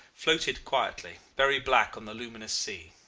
floated quietly, very black on the luminous sea.